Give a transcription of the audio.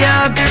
up